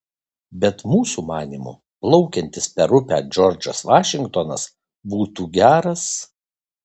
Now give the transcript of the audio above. bet mūsų manymu plaukiantis per upę džordžas vašingtonas būtų geras